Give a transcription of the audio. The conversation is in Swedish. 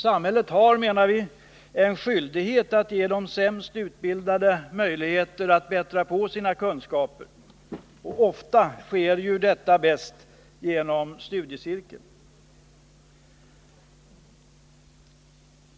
Samhället har, menar vi, en skyldighet att ge de sämst utbildade möjlighet att bättra på sina kunskaper. Ofta sker ju detta bäst inom studiecirkeln.